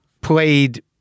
played